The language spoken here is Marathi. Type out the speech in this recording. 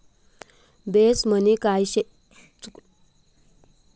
तांदूळना कोंडान तेल जास्त तापमानमाभी खराब होत नही